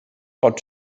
pot